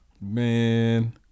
Man